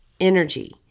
energy